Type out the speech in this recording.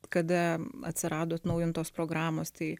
kada atsirado atnaujintos programos tai